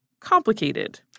complicated